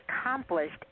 accomplished